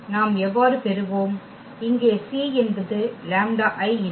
நாம் எவ்வாறு பெறுவோம் இங்கே c என்பது இல்லை